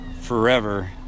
forever